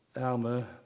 Alma